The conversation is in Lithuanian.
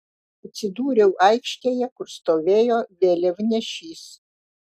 atsidūriau aikštėje kur stovėjo vėliavnešys